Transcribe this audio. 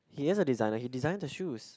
he is a designer he designed the shoes